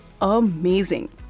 amazing